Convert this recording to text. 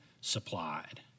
supplied